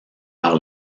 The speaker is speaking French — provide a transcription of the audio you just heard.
par